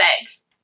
eggs